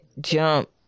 jump